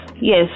Yes